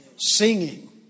singing